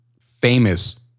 famous